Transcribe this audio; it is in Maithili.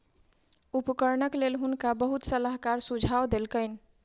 उपकरणक लेल हुनका बहुत सलाहकार सुझाव देलकैन